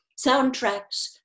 soundtracks